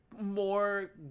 more